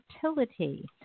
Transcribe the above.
fertility